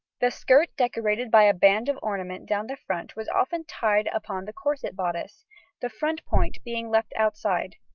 the skirt decorated by a band of ornament down the front was often tied upon the corset-bodice, the front point being left outside.